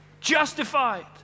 Justified